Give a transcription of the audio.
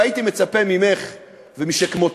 והייתי מצפה ממך ומשכמותך,